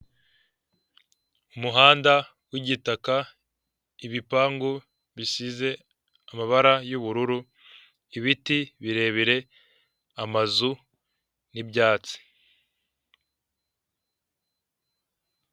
Umuhanda w'igitaka, ibipangu bisize amabara y'ubururu, ibiti birebire, amazu n'ibyatsi.